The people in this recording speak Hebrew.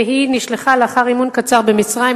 והיא נשלחה לאחר אימון קצר במצרים,